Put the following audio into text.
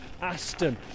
Aston